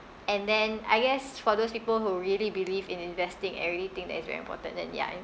and then I guess for those people who really believe in investing everything that is very important then ya